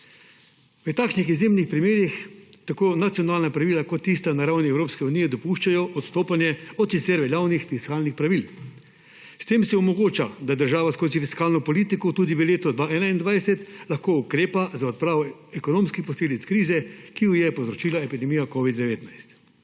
V takšnih izjemnih primerih tako nacionalna pravila kot tista na ravni Evropske unije dopuščajo odstopanje od sicer veljavnih fiskalnih pravil. S tem se omogoča, da država skozi fiskalno politiko tudi v letu 2021 lahko ukrepa za odpravo ekonomskih posledic krize, ki jo je povzročila epidemija covida-19.